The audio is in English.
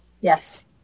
Yes